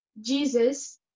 Jesus